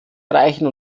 erreichen